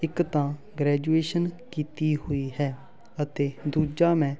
ਇੱਕ ਤਾਂ ਗ੍ਰੈਜੂਏਸ਼ਨ ਕੀਤੀ ਹੋਈ ਹੈ ਅਤੇ ਦੂਜਾ ਮੈਂ